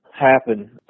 happen